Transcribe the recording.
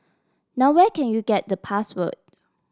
now where can you get the password